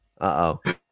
Uh-oh